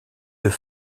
deux